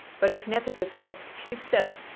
but if netteke's set, she's set,